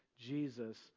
Jesus